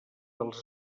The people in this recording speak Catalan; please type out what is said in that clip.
dels